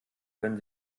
können